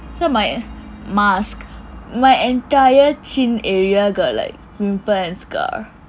my mask my entire chin area got like pimple sia